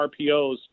RPOs